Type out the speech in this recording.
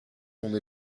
son